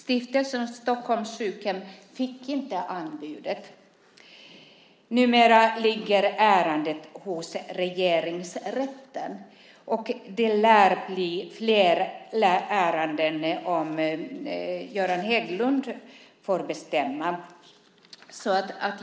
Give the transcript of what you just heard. Brommageriatriken fick inte anbudet. Numera ligger ärendet hos Regeringsrätten, och det lär bli fler ärenden om Göran Hägglund får bestämma.